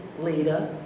leader